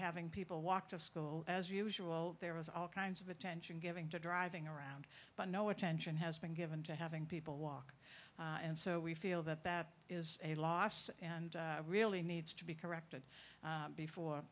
having people walk to school as usual there was all kinds of attention given to driving around but no attention has been given to having people walk and so we feel that that is a loss and really needs to be corrected before